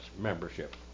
membership